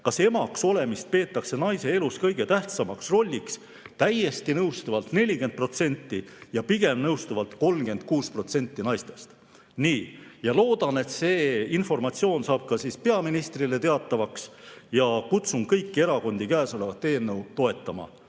kas emaks olemist peetakse naise elus kõige tähtsamaks rolliks, täiesti nõustuvalt 40% ja pigem nõustuvalt 36% naistest. Nii. Loodan, et see informatsioon saab ka peaministrile teatavaks, ja kutsun kõiki erakondi käesolevat eelnõu toetama.